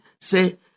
say